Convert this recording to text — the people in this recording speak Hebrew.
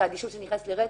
שאדישות שנכנסת לרצח,